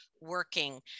working